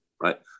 right